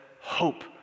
hope